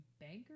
banker